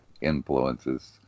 influences